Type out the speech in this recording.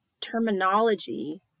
terminology